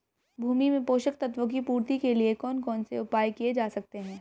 भूमि में पोषक तत्वों की पूर्ति के लिए कौन कौन से उपाय किए जा सकते हैं?